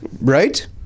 Right